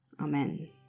Amen